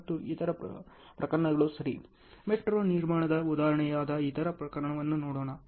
ಮತ್ತು ಇತರ ಪ್ರಕರಣಗಳು ಸರಿ ಮೆಟ್ರೊ ನಿರ್ಮಾಣದ ಉದಾಹರಣೆಯಾದ ಇತರ ಪ್ರಕರಣವನ್ನು ನೋಡೋಣ